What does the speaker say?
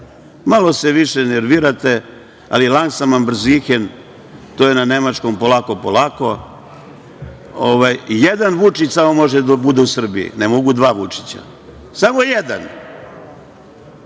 Malo se više nervirate ali „lanzan ambrezihen“, to je na nemačkom „polako, polako“. Jedan Vučić samo može da bude u Srbiji, ne mogu dva Vučića. Samo jedan.